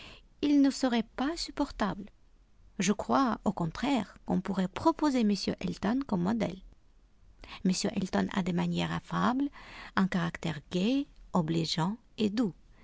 il ne serait pas supportable je crois au contraire qu'on pourrait proposer m elton comme modèle m elton a des manières affables un caractère gai obligeant et doux